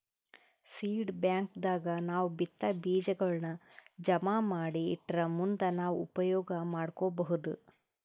seed bank ದಾಗ್ ನಾವ್ ಬಿತ್ತಾ ಬೀಜಾಗೋಳ್ ಜಮಾ ಮಾಡಿ ಇಟ್ಟರ್ ಮುಂದ್ ನಾವ್ ಉಪಯೋಗ್ ಮಾಡ್ಕೊಬಹುದ್